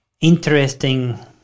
interesting